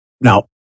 Now